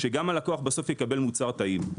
שגם הלקוח בסוף יקבל מוצר טעים.